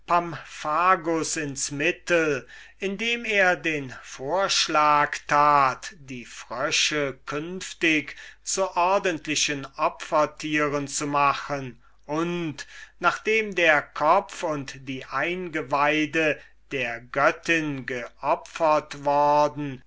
ins mittel indem er den vorschlag tat die frösche künftig zu ordentlichen opfertieren zu machen und nachdem der kopf und die eingeweide der göttin geopfert worden